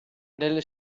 nelle